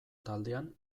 taldean